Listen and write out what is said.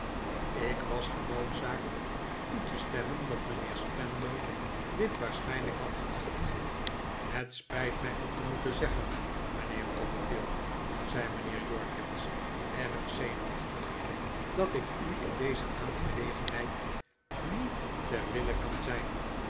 ik was genoodzaakt toe te stemmen dat mijnheer spenlow dit waarschijnlijk had geacht het spijt mij u te moeten zeggen mijnheer copperfield zei mijnheer jorkins erg zenuwachtig dat ik u in deze aangelegenheid niet ter wille kan zijn